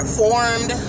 formed